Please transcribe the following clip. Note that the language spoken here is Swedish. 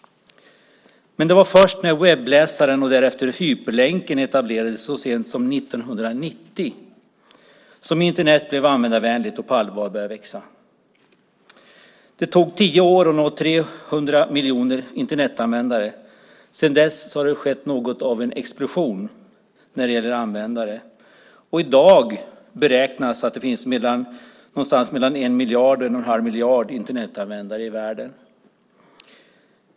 Men det var först när webbläsaren och därefter hyperlänken etablerades så sent som 1990 som Internet blev användarvänligt och på allvar började växa. Det tog tio år att nå 300 miljoner Internetanvändare. Sedan dess har det skett något av en explosion när det gäller användare, och i dag beräknas att det finns någonstans mellan en miljard och en och en halv miljard Internetanvändare i världen.